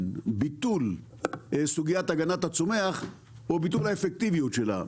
וביטול סוגיית הגנת הצומח או ביטול האפקטיביות שלה.